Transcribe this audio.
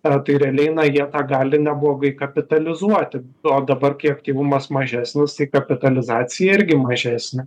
ar tai realiai na jie tą gali neblogai kapitalizuoti o dabar kai aktyvumas mažesnis kapitalizacija irgi mažesnė